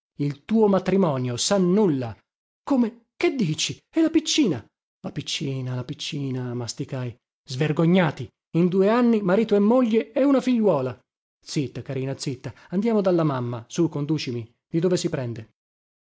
il tuo matrimonio sannulla come che dici e la piccina la piccina la piccina masticai svergognati in due anni marito e moglie e una figliuola zitta carina zitta andiamo dalla mamma sù conducimi di dove si prende